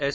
S